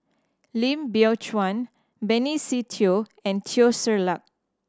Lim Biow Chuan Benny Se Teo and Teo Ser Luck